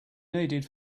needed